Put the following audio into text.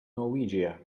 norwegia